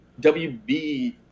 wb